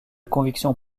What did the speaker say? convictions